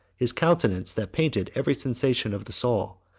his countenance that painted every sensation of the soul,